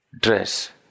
dress